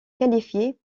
qualifiés